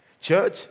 Church